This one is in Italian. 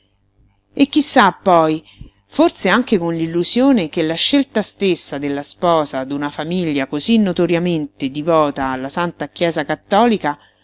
e chi sa poi forse anche con l'illusione che la scelta stessa della sposa d'una famiglia cosí notoriamente divota alla santa chiesa cattolica